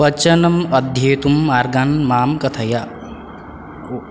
पचनम् अध्येतुं मार्गान् मां कथय